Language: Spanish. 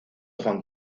juan